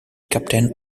captain